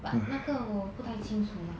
but 那个我不太清楚啦